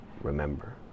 remember